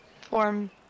form